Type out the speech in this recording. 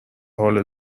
حالو